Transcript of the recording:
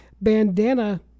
bandana